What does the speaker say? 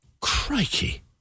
Crikey